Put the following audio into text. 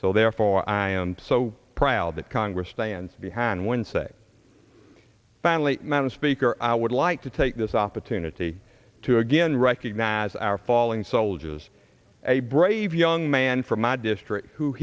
so therefore i am so proud that congress stands behind when say a family man a speaker i would like to take this opportunity to again recognize our fallen soldiers a brave young man from my district who